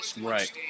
Right